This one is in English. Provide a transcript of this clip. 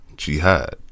Jihad